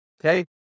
Okay